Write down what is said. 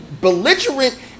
belligerent